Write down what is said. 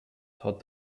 thought